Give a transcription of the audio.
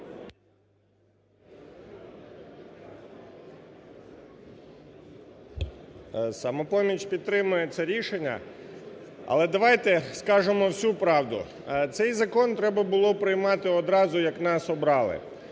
"Самопоміч" підтримує це рішення. Але давайте скажемо всю правду. Цей закон треба було приймати одразу, як нас обрали.